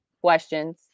questions